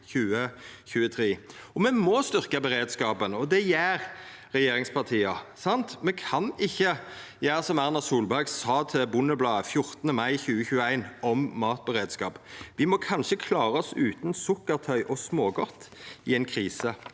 Me må styrkja beredskapen, og det gjer regjeringspartia. Me kan ikkje gjera som Erna Solberg sa til Bondebladet 14. mai 2021 om matberedskap: «Vi må kanskje klare oss uten sukkertøy og smågodt i en periode.»